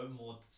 more